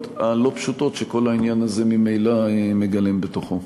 הלא-פשוטות שכל העניין הזה ממילא מגלם בתוכו.